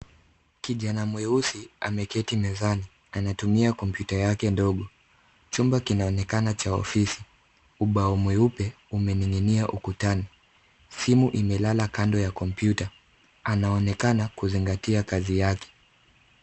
Kijana mweusi ameketi mezani. Anatumia kompyuta yake ndogo. Chumba kinaonekana cha ofisi. Ubao mweupe umening'inia ukutani. Simu imelala kando ya kompyuta. Anaonekana kuzingatia kazi yake.